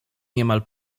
niemal